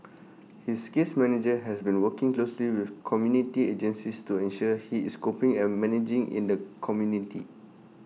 his case manager has been working closely with community agencies to ensure he is coping and managing in the community